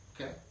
okay